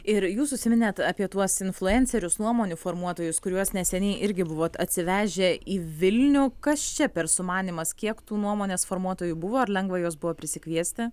ir jūs užsiminėt apie tuos influencerius nuomonių formuotojus kuriuos neseniai irgi buvot atsivežę į vilnių kas čia per sumanymas kiek tų nuomonės formuotojų buvo ar lengva juos buvo prisikviesti